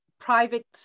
private